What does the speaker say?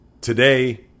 today